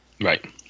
Right